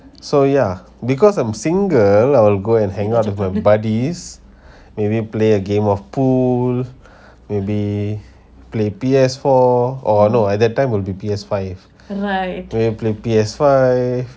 so yeah because I'm single I will go and hang out with my buddy maybe play a game of pool maybe play P S four or no at that time will be P S five then we will play P S five